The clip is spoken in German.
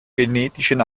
genetischen